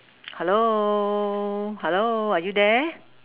hello hello are you there